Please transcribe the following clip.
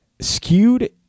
skewed